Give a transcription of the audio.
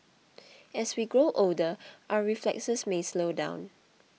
as we grow older our reflexes may slow down